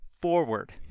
forward